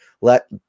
Let